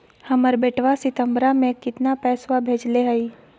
हमर बेटवा सितंबरा में कितना पैसवा भेजले हई?